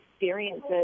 experiences